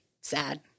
sad